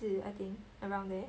四 I think around there